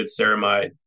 ceramide